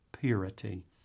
purity